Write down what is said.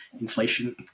inflation